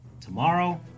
tomorrow